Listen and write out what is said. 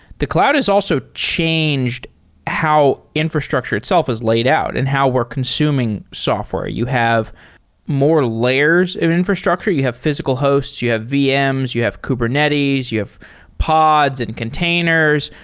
the cloud has also changed how infrastructure itself is laid out and how we're consuming software. you have more layers of infrastructure. you have physical hosts. you have vms. you have kubernetes. you have pods and containers.